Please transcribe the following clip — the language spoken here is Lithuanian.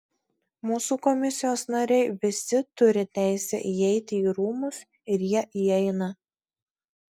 mūsų komisijos nariai visi turi teisę įeiti į rūmus ir jie įeina